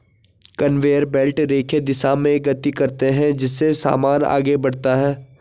conveyor belt रेखीय दिशा में गति करते हैं जिससे सामान आगे बढ़ता है